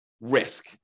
risk